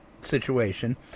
situation